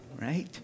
right